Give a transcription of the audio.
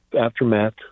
aftermath